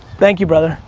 thank you, brother.